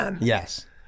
Yes